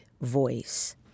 voice